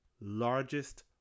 largest